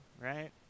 right